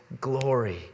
glory